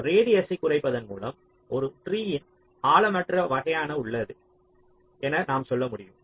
எனவே ரேடியஸ்ஸை குறைப்பதன் மூலம் ஒரு ட்ரீயின் ஆழமற்ற வகையாக உள்ளது என நாம் சொல்ல முடியும்